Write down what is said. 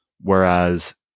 whereas